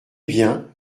bien